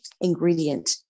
ingredient